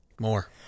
More